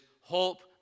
hope